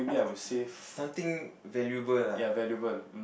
something valuable ah